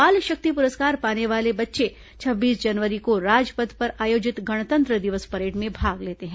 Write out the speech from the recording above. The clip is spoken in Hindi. बाल शक्ति पुरस्कार पाने वाले बच्चे छब्बीस जनवरी को राजपथ पर आयोजित गणतंत्र दिवस परेड में भाग लेते हैं